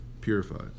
purified